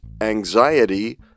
anxiety